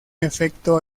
efecto